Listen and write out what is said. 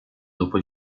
dopo